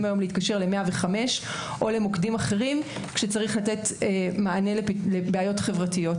להתקשר ל-105 או למוקדים אחרים כשצריך לתת מענה לבעיות חברתיות.